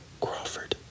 Crawford